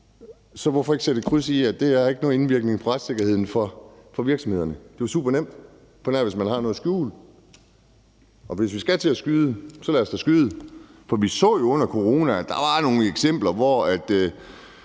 så hvorfor ikke sætte et kryds ved, at det her ikke har nogen indvirkning på retssikkerheden for virksomhederne? Det er jo super nemt, medmindre man har noget at skjule. Hvis vi skal til at skyde, så lad os da skyde. Vi så jo under corona, at der var nogle eksempler, hvor